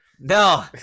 no